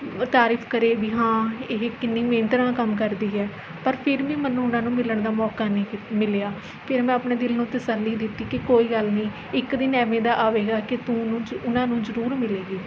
ਤਾਰੀਫ਼ ਕਰੇ ਵੀ ਹਾਂ ਇਹ ਕਿੰਨੀ ਮਿਹਨਤ ਨਾਲ਼ ਕੰਮ ਕਰਦੀ ਹੈ ਪਰ ਫਿਰ ਵੀ ਮੈਨੂੰ ਉਹਨਾਂ ਨੂੰ ਮਿਲਣ ਦਾ ਮੌਕਾ ਨਹੀਂ ਮਿਲਿਆ ਫਿਰ ਮੈਂ ਆਪਣੇ ਦਿਲ ਨੂੰ ਤਸੱਲੀ ਦਿੱਤੀ ਕਿ ਕੋਈ ਗੱਲ ਨਹੀਂ ਇੱਕ ਦਿਨ ਐਵੇਂ ਦਾ ਆਵੇਗਾ ਕਿ ਤੂੰ ਉਹਨਾਂ ਨੂੰ ਜ਼ਰੂਰ ਮਿਲੇਗੀ